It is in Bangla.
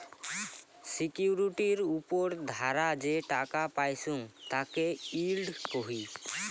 সিকিউরিটির উপর ধারা যে টাকা পাইচুঙ তাকে ইল্ড কহি